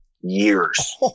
years